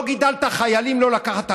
לא גידלת חיילים לא לקחת אחריות.